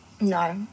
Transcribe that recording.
No